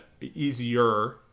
easier